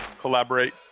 collaborate